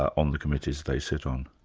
on the committees they sit on?